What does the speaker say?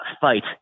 fight